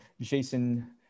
Jason